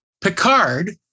Picard